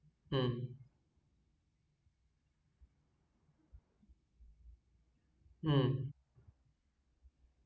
mm